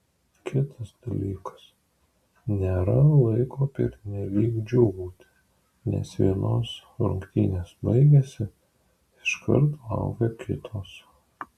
kitas dalykas nėra laiko pernelyg džiūgauti nes vienos rungtynės baigėsi iškart laukia kitos